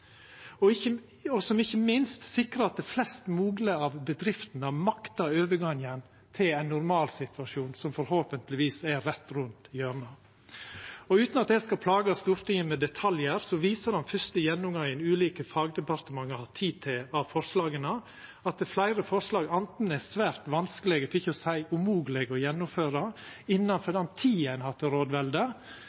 og som ikkje minst sikrar at flest mogleg av bedriftene maktar overgangen til ein normalsituasjon, som forhåpentlegvis er rett rundt hjørnet. Utan at eg skal plaga Stortinget med detaljar, viser den første gjennomgangen ulike fagdepartement har hatt tid til, at fleire forslag anten er svært vanskelege, for ikkje å seie umoglege, å gjennomføra innanfor den tida ein har til rådvelde,